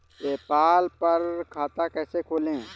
PayPal पर खाता कैसे खोलें?